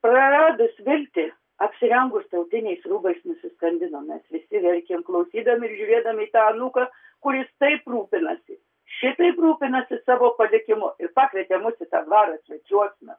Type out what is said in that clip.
praradus viltį apsirengus tautiniais rūbais nusiskandino mes visi verkėm klausydami ir žiūrėdami į tą tą anūką kuris taip rūpinasi šitaip rūpinasi savo palikimu ir pakvietė mus į tą dvarą svečiuosna